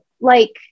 like-